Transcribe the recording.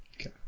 Okay